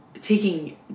taking